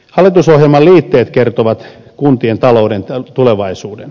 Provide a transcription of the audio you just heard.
hallitusohjelman liitteet kertovat kuntien talouden tulevaisuuden